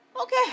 Okay